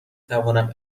توانم